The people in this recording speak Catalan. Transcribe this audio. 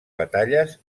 batalles